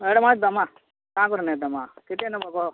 advance ଦେମା କାଁ କରି ନାଇଁଦେମା କେତେ ନେବ କହ